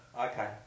Okay